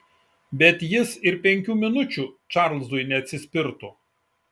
bet jis ir penkių minučių čarlzui neatsispirtų